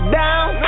down